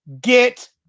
get